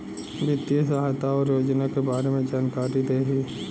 वित्तीय सहायता और योजना के बारे में जानकारी देही?